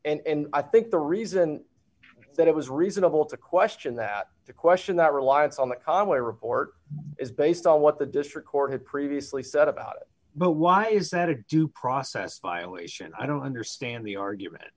royalties and i think the reason that it was reasonable to question that the question that reliance on the conway report is based on what the district court had previously said about it but why is that a due process violation i don't understand the argument